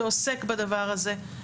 שעוסק בדבר הזה.